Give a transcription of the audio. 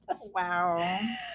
Wow